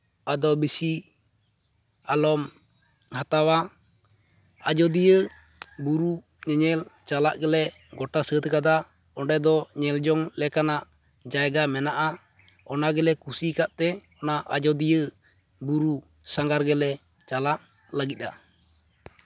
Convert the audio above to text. ᱟᱫᱚ ᱵᱮᱥᱤ ᱟᱞᱚᱢ ᱦᱟᱛᱟᱣᱟ ᱟᱡᱳᱫᱤᱭᱟᱹ ᱵᱩᱨᱩ ᱧᱮᱧᱮᱞ ᱪᱟᱞᱟᱜ ᱜᱮᱞᱮ ᱜᱚᱴᱟ ᱥᱟᱹᱛ ᱠᱟᱫᱟ ᱚᱸᱰᱮ ᱫᱚ ᱧᱮᱞ ᱡᱚᱝ ᱞᱮᱠᱟᱱᱟᱜ ᱡᱟᱭᱜᱟ ᱢᱮᱱᱟᱜᱼᱟ ᱚᱱᱟ ᱜᱮᱞᱮ ᱠᱩᱥᱤ ᱠᱟᱜ ᱛᱮ ᱚᱱᱟ ᱟᱡᱳᱫᱤᱭᱟᱹ ᱵᱩᱨᱩ ᱥᱟᱸᱜᱷᱟᱨ ᱜᱮᱞᱮ ᱪᱟᱞᱟᱜ ᱞᱟᱹᱜᱤᱫᱼᱟ